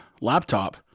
laptop